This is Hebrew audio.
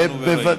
שמענו וראינו.